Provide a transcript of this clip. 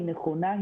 היא נכונה,